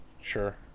Sure